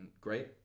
great